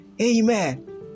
Amen